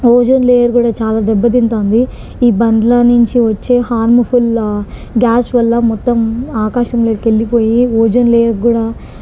ozone layer కూడా చాలా దెబ్బతింటుంది ఈ బండ్ల నుంచి వచ్చే హార్మ్ఫుల్ గ్యాస్ వల్ల మొత్తం ఆకాశంలోకి వెళ్ళిపోయి ఓజోన్ లెయర్కి కూడా